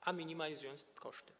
a minimalizując koszty.